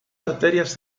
arterias